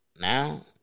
now